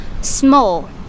small